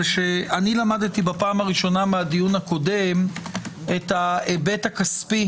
זה שלמדתי בפעם הראשונה מהדיון הקודם את ההיבט הכספי